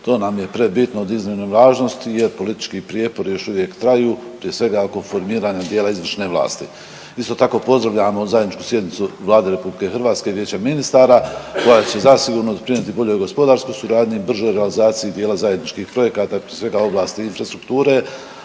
To nam je prebitno od iznimne važnosti jer politički prijepori još uvijek traju, prije svega oko formiranja dijela izvršne vlasti. Isto tako pozdravljamo zajedničku sjednice Vlade RH i Vijeća ministara koja će zasigurno doprinijeti boljoj gospodarskoj suradnji, bržoj realizaciji dijela zajedničkih projekata … infrastrukture,